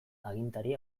agintari